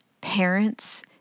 parents